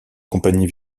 compagnie